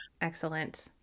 Excellent